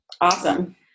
Awesome